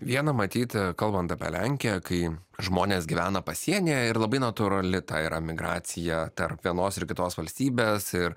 viena matyt kalbant apie lenkiją kai žmonės gyvena pasienyje ir labai natūrali ta yra migracija tarp vienos ir kitos valstybės ir